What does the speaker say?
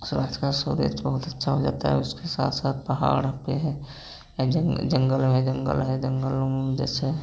सूर्यास्त का सूरज बहुत अच्छा हो जाता है उसके साथ साथ पहाड़ पे है या जंग जंगल में जंगल है जंगलों में जैसे